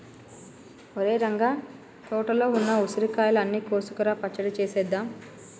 ఒరేయ్ రంగ తోటలో ఉన్న ఉసిరికాయలు అన్ని కోసుకురా పచ్చడి సేసేద్దాం